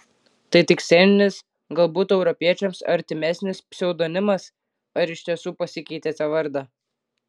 tai tik sceninis galbūt europiečiams artimesnis pseudonimas ar iš tiesų pasikeitėte vardą